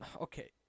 okay